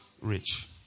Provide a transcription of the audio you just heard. Rich